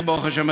ברוך השם,